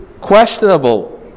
questionable